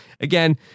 again